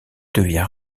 devient